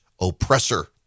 oppressor